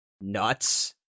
nuts